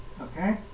Okay